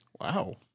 Wow